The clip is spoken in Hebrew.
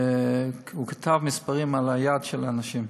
הוא כתב מספרים על היד של אנשים.